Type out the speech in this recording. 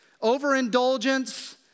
overindulgence